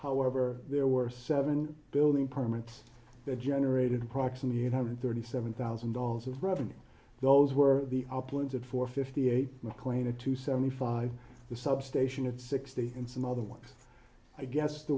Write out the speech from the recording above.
however there were seven building permits that generated approximately eight hundred thirty seven thousand dollars of revenue those were the uplands of four fifty eight mclean a to seventy five the substation at sixty and some other ones i guess the